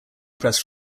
press